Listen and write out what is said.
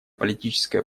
политическая